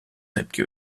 tepki